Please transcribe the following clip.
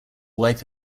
wife